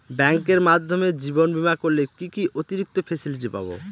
ব্যাংকের মাধ্যমে জীবন বীমা করলে কি কি অতিরিক্ত ফেসিলিটি পাব?